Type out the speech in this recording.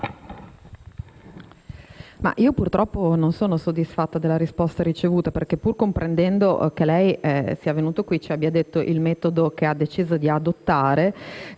Ministro, purtroppo non sono soddisfatta della risposta ricevuta, perché, pur comprendendo che lei sia venuto qui e ci abbia parlato del metodo che ha deciso di adottare,